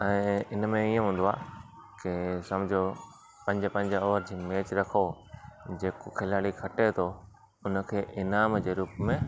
ऐं हिन में इयं हूंदो आहे के समुझो पंज पंज ओवर जी मैच रखो जेको खिलाड़ी खटे थो हुनखे इनाम जे रूप में